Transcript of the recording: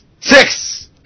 Six